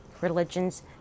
religions